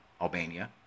Albania